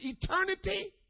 eternity